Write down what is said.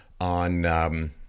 on